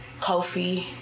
Kofi